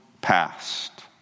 past